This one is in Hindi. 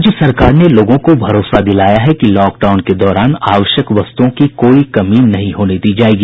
राज्य सरकार ने लोगों को भरोसा दिलाया है कि लॉकडाउन के दौरान आवश्यक वस्तुओं की कोई कमी नहीं होने दी जायेगी